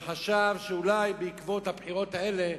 שחשב שאולי בעקבות הבחירות האלה